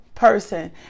person